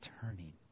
turning